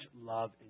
love